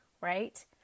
right